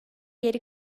geri